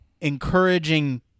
encouraging